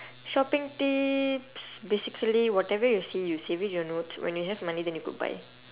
shopping tips basically whatever you see you save in your notes when you have money then you go buy